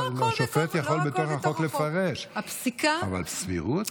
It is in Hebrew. השופט יכול בתוך החוק לפרש, אבל סבירות?